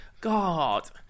God